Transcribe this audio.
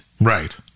right